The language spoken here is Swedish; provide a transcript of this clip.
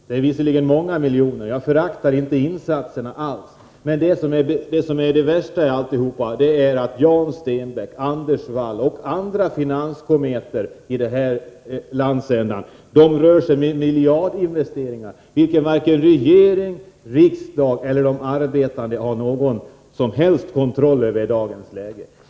Det är visserligen många miljoner, och jag föraktar inte alls insatserna, men det värsta är att Jan Stenbeck, Anders Wall och andra finanskometer i denna landsända rör sig med miljardinvesteringar över vilka varken regering, riksdag eller de arbetande har någon kontroll i dagens läge.